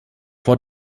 vor